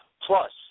plus